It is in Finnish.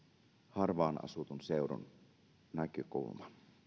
harvaan asutun seudun näkökulma